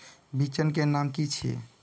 बिचन के नाम की छिये?